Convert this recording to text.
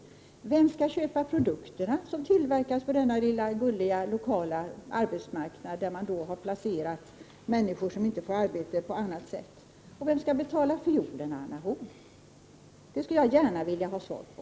Vem skall köpa produkterna som tillverkas på denna lilla gulliga lokala arbetsmarknad, där man har placerat människor som inte får arbete på annat sätt? Och vem skall betala fiolerna, Anna Horn af Rantzien? Det skulle jag gärna vilja ha svar på.